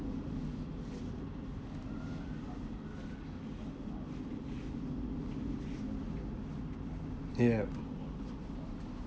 yup